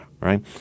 right